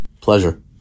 Pleasure